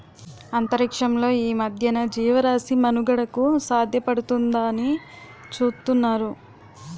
అంతరిక్షంలో ఈ మధ్యన జీవరాశి మనుగడకు సాధ్యపడుతుందాని చూతున్నారు